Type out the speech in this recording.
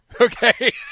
Okay